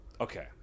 Okay